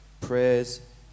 prayers